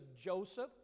Joseph